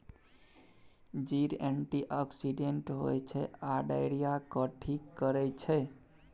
जीर एंटीआक्सिडेंट होइ छै आ डायरिया केँ ठीक करै छै